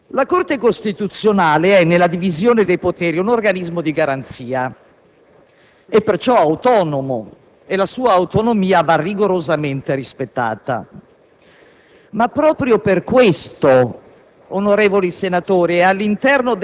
La seconda ragione mi sembra più delicata. La Corte costituzionale è, nella divisione dei poteri, un organismo di garanzia; è perciò autonomo e la sua autonomia va rigorosamente rispettata.